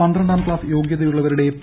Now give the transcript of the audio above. പന്ത്രണ്ടാം ക്ലാസ് യോഗൃതയുള്ളവരുടെ പി